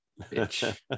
Bitch